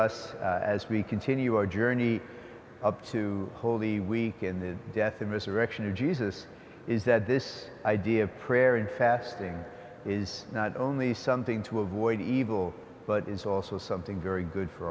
us as we continue our journey up to holy week in the death and resurrection of jesus is that this idea of prayer and fasting is not only something to avoid evil but it's also something very good for